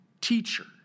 teacher